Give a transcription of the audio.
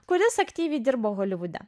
kuris aktyviai dirbo holivude